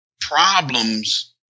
problems